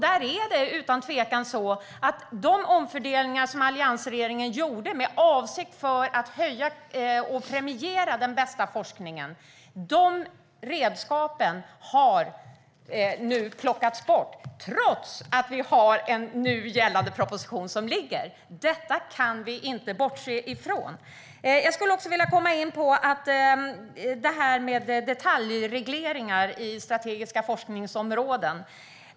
Där är det utan tvekan så att de redskap i form av omfördelningar som alliansregeringen gjorde i avsikt att höja och premiera den bästa forskningen nu har plockats bort, trots att vi har en nu gällande proposition som ligger. Detta kan vi inte bortse från! Jag vill också komma in på detaljregleringar i strategiska forskningsområden.